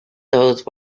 those